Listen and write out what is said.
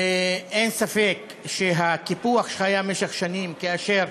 אין ספק שהקיפוח שהיה במשך שנים כאשר